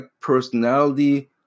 personality